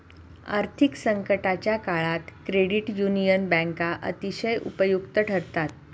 आर्थिक संकटाच्या काळात क्रेडिट युनियन बँका अतिशय उपयुक्त ठरतात